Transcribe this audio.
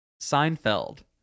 Seinfeld